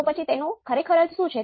તો પહેલું પગલું શું છે